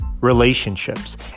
relationships